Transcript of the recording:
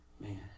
Man